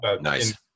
Nice